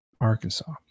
Arkansas